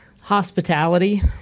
Hospitality